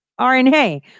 RNA